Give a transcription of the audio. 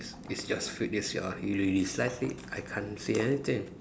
it's it's just food it's your you dislike it I can't say anything